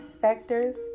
factors